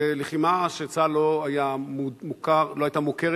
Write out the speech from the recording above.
זו לחימה שלצה"ל לא היתה מוכרת,